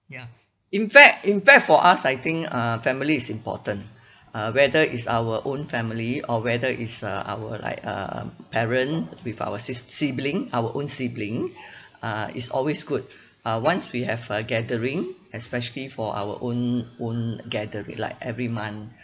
ya in fact in fact for us I think uh family is important uh whether it's our own family or whether it's uh our like um parents with our sis~ sibling our own sibling uh it's always good uh once we have a gathering especially for our own own gathering like every month